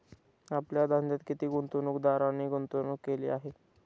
आपल्या धंद्यात किती गुंतवणूकदारांनी गुंतवणूक केली आहे?